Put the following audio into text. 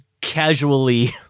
casually